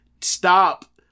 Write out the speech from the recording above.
stop